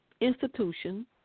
institution